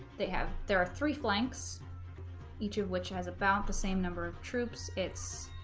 they have there are three flanks each of which has about the same number of troops it's